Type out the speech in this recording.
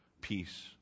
peace